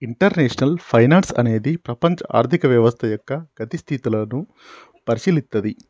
international finance అనేది ప్రపంచ ఆర్థిక వ్యవస్థ యొక్క గతి స్థితులను పరిశీలిత్తది